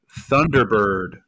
Thunderbird